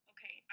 Okay